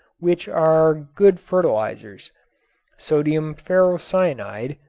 which are good fertilizers sodium ferrocyanide,